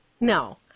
No